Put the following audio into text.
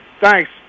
Thanks